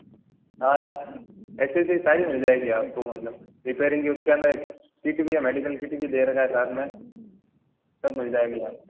हाँ एक्सेसरीज़ सारी मिल जाएगी आपको मतलब रिपेरिंग किट के अंदर एक किट भी है मेडिकल किट भी दे रखा है साथ में सब मिल जाएगी आपको